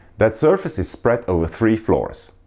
that surface is spread over three floors.